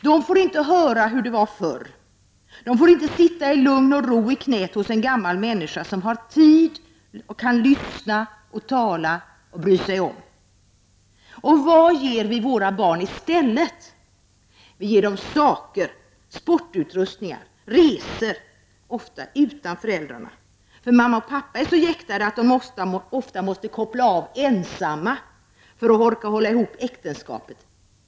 Den får inte höra hur det var förr, inte sitta i lugn och ro i knäet hos en gammal människa som har tid att lyssna, tala, att bry sig om. Vad ger vi våra barn i stället? Vi ger dem saker, sportutrustningar och resor, ofta utan föräldrarna eftersom mamma och pappa är så jäktade att de ofta måste få koppla av helt ensamma för att orka hålla ihop äktenskapet.